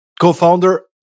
co-founder